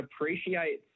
appreciate